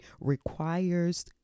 requires